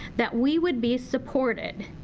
that we would be supported,